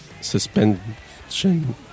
suspension